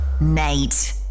Nate